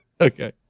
Okay